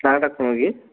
ନାଁ'ଟା କ'ଣ କି